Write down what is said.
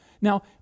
Now